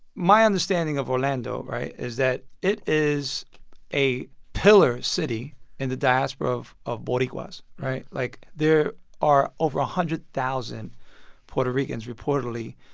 my understanding of orlando right? is that it is a pillar city in the diaspora of of boricuas, right? like, there are over one hundred thousand puerto ricans, reportedly,